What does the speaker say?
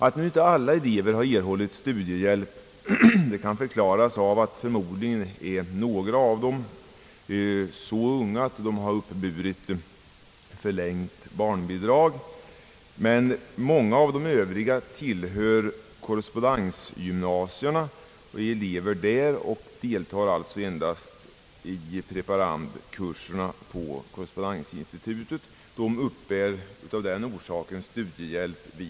Att inte alla elever erhållit studiehjälp kan förklaras av att några förmodligen är så unga att de uppburit förlängt barnbidrag. Många av de övriga tillhörde korrespondensgymnasierna och uppbar redan av det skälet studiehjälp.